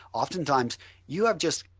oftentimes you have just,